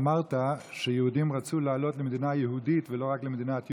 אמרת שיהודים רצו לעלות למדינה יהודית ולא רק למדינת יהודים.